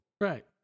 right